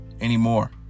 anymore